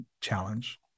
challenge